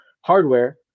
hardware